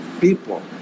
people